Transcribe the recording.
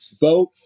vote